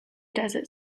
desert